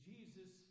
Jesus